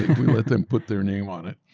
we let them put their name on it,